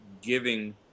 giving